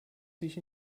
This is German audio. sich